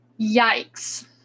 yikes